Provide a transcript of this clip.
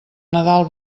nadal